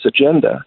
agenda